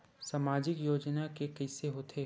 सामाजिक योजना के कइसे होथे?